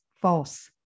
false